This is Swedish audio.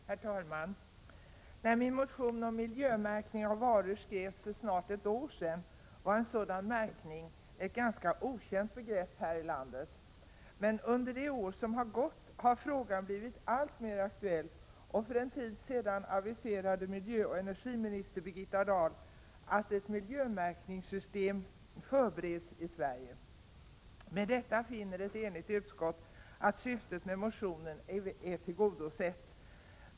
Herr talman! När min motion om miljömärkning av varor skrevs för snart ett år sedan var en sådan märkning någonting ganska okänt här i landet. Men under det år som gått har frågan blivit alltmer aktuell. För en tid sedan aviserade miljöoch energiminister Birgitta Dahl att ett miljömärkningssystem förbereds i Sverige. Med detta anser ett enigt utskott att syftet med motionen nu är tillgodosett.